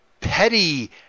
petty